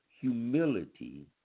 humility